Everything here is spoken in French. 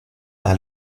par